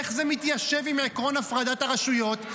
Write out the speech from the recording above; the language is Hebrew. איך זה מתיישב עם עקרון הפרדת הרשויות?